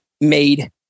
made